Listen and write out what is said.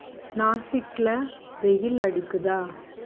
நாசிக்கில வெயில் அடிக்குதா